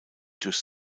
durch